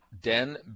Den